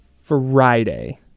Friday